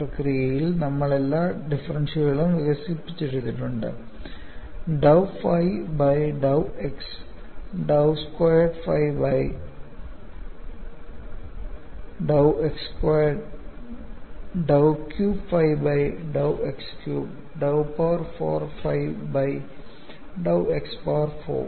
പ്രക്രിയയിൽ നമ്മൾ എല്ലാ ഡിഫറൻഷ്യലുകളും വികസിപ്പിച്ചെടുത്തിട്ടുണ്ട് dou phi by dou x dou squared phi by dou x squared dou cube phi by dou x cube dou power 4 ഫൈ by dou x power 4